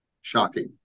Shocking